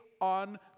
on